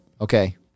Okay